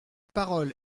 parole